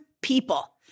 people